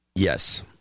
Yes